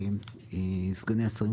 סגני שרים,